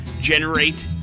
generate